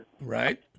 Right